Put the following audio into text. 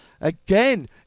Again